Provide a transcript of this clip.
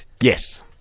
Yes